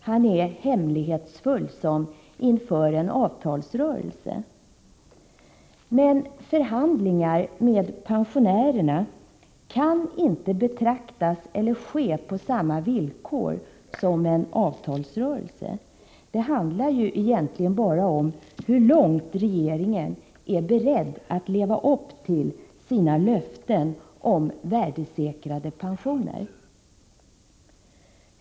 Han är hemlighetsfull som inför en avtalsrörelse. Men förhandlingar med pensionärerna kan inte betraktas som en avtalsrörelse eller ske på samma villkor som en sådan. Det handlar egentligen bara om i vilken utsträckning regeringen är beredd att leva upp till sina löften om värdesäkrade pensioner.